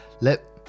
let